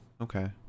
Okay